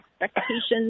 expectations